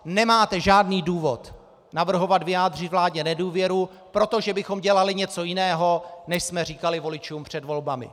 Nemáte žádný důvod navrhovat vyjádřit vládě nedůvěru, protože bychom dělali něco jiného, než jsme říkali voličům před volbami.